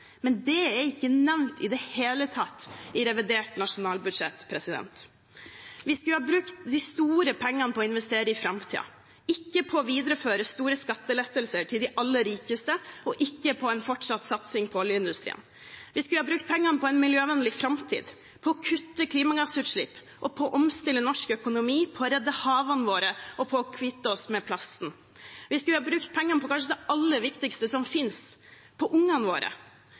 men det er ikke nevnt i det hele tatt i revidert nasjonalbudsjett. Vi skulle ha brukt de store pengene til å investere i framtiden, ikke på å videreføre store skattelettelser til de aller rikeste og ikke på en fortsatt satsing på oljeindustrien. Vi skulle ha brukt pengene på en miljøvennlig framtid, på å kutte klimagassutslipp og på å omstille norsk økonomi, på å redde havene våre og på å kvitte oss med plasten. Vi skulle ha brukt pengene på kanskje det aller viktigste som finnes, på ungene våre,